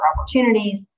opportunities